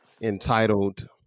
entitled